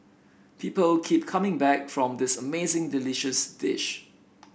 people keep coming back from this amazingly delicious dish